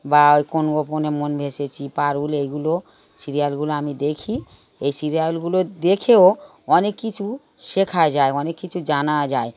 বা ওই কোন গোপনে মন ভেসেছি পারুল এইগুলো সিরিয়ালগুলো আমি দেখি এই সিরিয়ালগুলো দেখেও অনেক কিছু শেখা যায় অনেক কিছু জানা যায়